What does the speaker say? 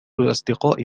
أصدقاء